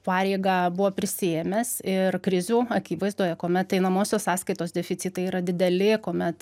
pareigą buvo prisiėmęs ir krizių akivaizdoje kuomet einamosios sąskaitos deficitai yra dideli kuomet